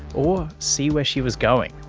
or see where she was going.